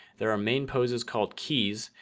there are main poses called keys.